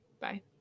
bye